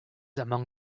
among